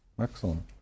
Excellent